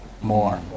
more